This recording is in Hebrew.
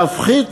להפחית